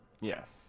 Yes